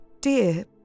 dear